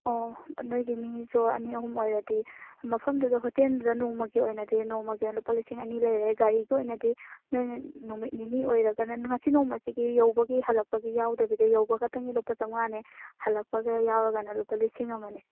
ꯑꯣ ꯅꯣꯏꯒꯤ ꯃꯤꯁꯨ ꯑꯅꯤ ꯑꯍꯨꯝ ꯑꯣꯏꯔꯗꯤ ꯃꯐꯝꯗꯨꯗ ꯍꯣꯇꯦꯜꯗꯨꯗ ꯅꯣꯡꯃꯒꯤ ꯑꯣꯏꯅꯗꯤ ꯅꯣꯡꯃꯒꯤ ꯑꯣꯏꯅ ꯂꯨꯄꯥ ꯂꯤꯁꯤꯡ ꯑꯅꯤ ꯂꯩꯔꯦ ꯒꯥꯔꯤꯒꯤ ꯑꯣꯏꯅꯗꯤ ꯅꯣꯏꯅ ꯅꯨꯃꯤꯠ ꯅꯤꯅꯤ ꯑꯣꯏꯔꯒꯅ ꯉꯁꯤ ꯅꯣꯡꯃꯁꯤꯒꯤ ꯌꯧꯕꯒꯤ ꯍꯜꯂꯛꯄꯒꯤ ꯌꯥꯎꯗꯕꯤꯗ ꯌꯧꯕꯈꯛꯇꯪꯒꯤ ꯂꯨꯄꯥ ꯆꯥꯝꯃꯉꯥꯅꯦ ꯍꯜꯂꯛꯄꯒ ꯌꯥꯎꯔꯒ ꯂꯨꯄꯥ ꯂꯤꯁꯤꯡ ꯑꯃꯅꯦ